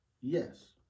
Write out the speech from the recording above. yes